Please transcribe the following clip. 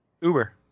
Uber